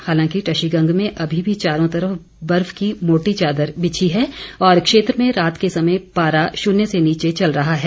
हालांकि टशीगंग में अभी भी चारों तरफ बर्फ की मोटी चादर बिछी है और क्षेत्र में रात के समय पारा शुन्य से नीचे चल रहा है